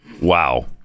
Wow